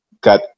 got